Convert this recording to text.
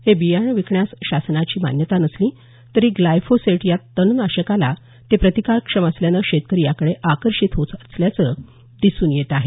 हे बियाणं विकण्यास शासनाची मान्यता नसली तरी ग्लॉयफोसेट या तणनाशकाला ते प्रतिकारक्षम असल्याने शेतकरी याकडे आकर्षित होत असल्याचे दिसून येत आहे